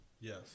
Yes